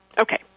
Okay